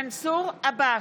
מנסור עבאס,